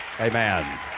Amen